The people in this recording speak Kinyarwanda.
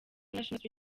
national